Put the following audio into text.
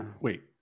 wait